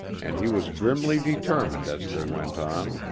and he was grimly determined as they went on.